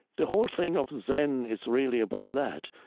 the whole thing of zen is really about that.